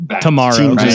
tomorrow